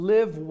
Live